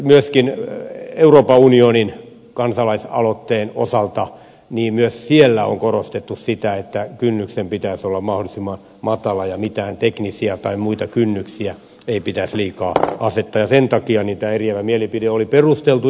myöskin euroopan unionin kansalaisaloitteen osalta on korostettu sitä että kynnyksen pitäisi olla mahdollisimman matala ja mitään teknisiä tai muita kynnyksiä ei pitäisi liikaa asettaa ja sen takia tämä eriävä mielipide oli perusteltu